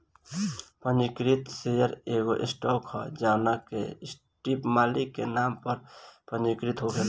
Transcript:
पंजीकृत शेयर एगो स्टॉक ह जवना के सटीक मालिक के नाम पर पंजीकृत होखेला